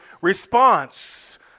response